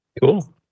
Cool